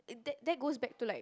that that goes back to like